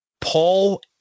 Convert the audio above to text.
Paul